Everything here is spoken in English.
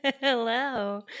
Hello